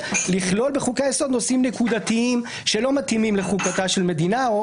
לכלול בחוקי היסוד נושאים נקודתיים שלא מתאימים לחוקתה של מדינה או